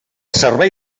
servei